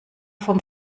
vom